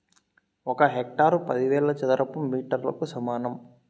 ఒక హెక్టారు పదివేల చదరపు మీటర్లకు సమానం